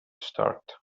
start